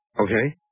Okay